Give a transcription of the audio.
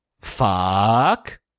fuck